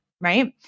right